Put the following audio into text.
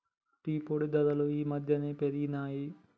tea పొడి ధరలు ఈ మధ్యన పెరిగినయ్